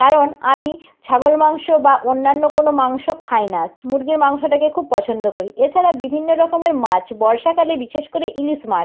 কারণ আমি ছাগল মাংস বা অন্যান্য কোনো মাংস খাই না মুরগির মাংসটাকে খুব পছন্দ করি এছাড়া বিভিন্ন রকমের মাছ বর্ষাকালে বিশেষ করে ইলিশ মাছ